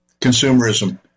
consumerism